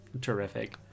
Terrific